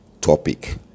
topic